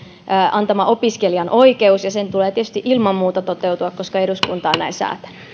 antama opiskelijan oikeus ja sen tulee tietysti ilman muuta toteutua koska eduskunta on näin säätänyt